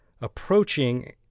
approaching